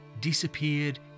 disappeared